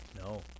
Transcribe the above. No